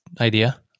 idea